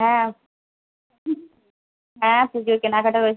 হ্যাঁ হ্যাঁ পুজোর কেনাকাটা হয়েছে